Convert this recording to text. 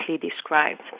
described